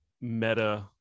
meta